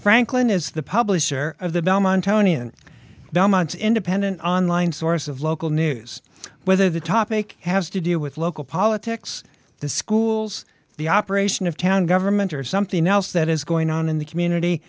franklin is the publisher of the bellman tony and belmont's independent online source of local news whether the topic has to do with local politics the schools the operation of town government or something else that is going on in the community